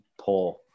poor